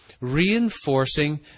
reinforcing